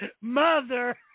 mother